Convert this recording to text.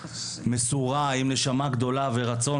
מסורה עם נשמה גדולה ורצון,